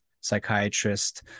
psychiatrist